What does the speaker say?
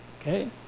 okay